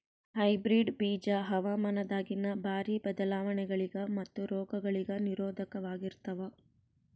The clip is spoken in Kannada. ಹೈಬ್ರಿಡ್ ಬೀಜ ಹವಾಮಾನದಾಗಿನ ಭಾರಿ ಬದಲಾವಣೆಗಳಿಗ ಮತ್ತು ರೋಗಗಳಿಗ ನಿರೋಧಕವಾಗಿರುತ್ತವ